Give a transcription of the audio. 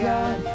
God